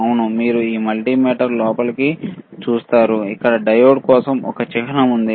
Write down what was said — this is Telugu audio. అవును మీరు ఈ మల్టీమీటర్ ని గమనించినట్లైతే ఇక్కడ చిహ్నం ఉంది